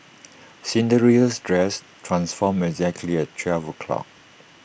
Cinderella's dress transformed exactly at twelve o'clock